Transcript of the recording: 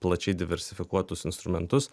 plačiai diversifikuotus instrumentus